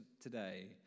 today